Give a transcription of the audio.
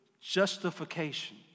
Justification